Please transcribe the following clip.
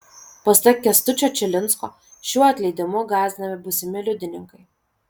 pasak kęstučio čilinsko šiuo atleidimu gąsdinami būsimi liudininkai